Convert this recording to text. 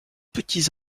petits